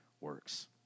works